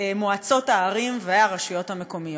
מועצות הערים והרשויות המקומיות.